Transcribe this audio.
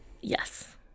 Yes